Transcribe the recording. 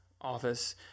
office